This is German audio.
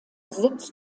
sitz